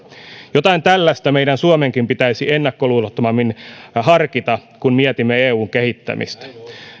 jotain tällaista meidän suomenkin pitäisi ennakkoluulottomammin harkita kun mietimme eun kehittämistä